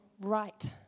right